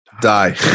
die